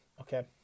Okay